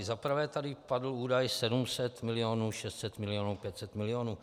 Za prvé tady padl údaj 700 milionů, 600 milionů, 500 milionů.